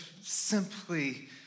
simply